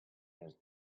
has